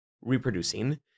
reproducing